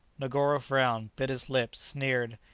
negoro frowned, bit his lip, sneered,